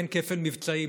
אין כפל מבצעים,